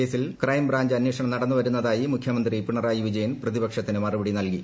കേസിൽ ക്രൈംബ്രാഞ്ച് അന്വേഷണം നടന്നുവരുന്നതായി മുഖ്യമന്ത്രി പിണറായി വിജയൻ പ്രതിപക്ഷത്തിന് മറുപടി നൽകി